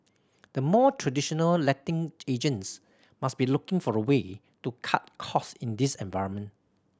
the more traditional letting agents must be looking for a way to cut cost in this environment